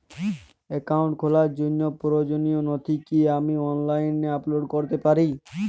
Account খোলার জন্য প্রয়োজনীয় নথি কি আমি অনলাইনে আপলোড করতে পারি?